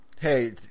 Hey